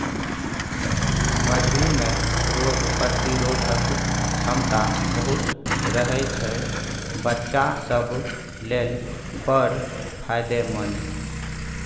मधु मे रोग प्रतिरोधक क्षमता बहुत रहय छै बच्चा सब लेल बड़ फायदेमंद